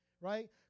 right